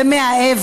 מהו